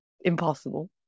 impossible